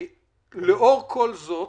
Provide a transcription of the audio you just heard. לאור כל זאת,